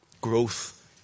Growth